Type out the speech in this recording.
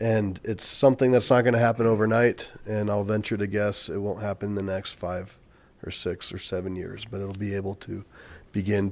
and it's something that's not going to happen overnight and i'll venture to guess it won't happen the next five or six or seven years but it will be able to begin